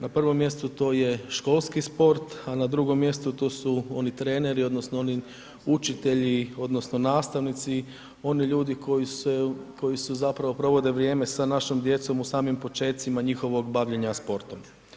Na prvom mjestu, to je školski sport, a na drugom mjestu, tu su oni treneri odnosno oni učitelji odnosno nastavnici, oni ljudi koji se zapravo provode vrijeme sa našom djecom u samim počecima njihovog bavljenja sportom.